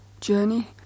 journey